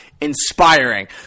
inspiring